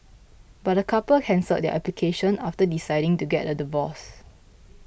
but the couple cancelled their application after deciding to get a divorce